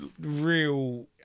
real